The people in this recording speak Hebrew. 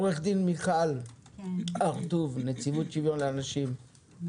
עו"ד מיכל שיק הר טוב מנציבות שוויון זכויות לאנשים עם מוגבלות,